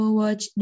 watch